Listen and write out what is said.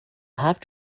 have